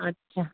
আচ্ছা